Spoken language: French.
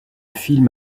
film